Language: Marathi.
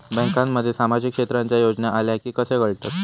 बँकांमध्ये सामाजिक क्षेत्रांच्या योजना आल्या की कसे कळतत?